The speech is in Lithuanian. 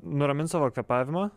nuramint savo kvėpavimą